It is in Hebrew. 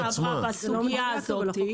בשנה שעברה דיברנו על הסוגייה הזאת.